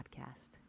podcast